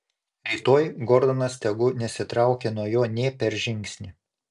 rytoj gordonas tegu nesitraukia nuo jo nė per žingsnį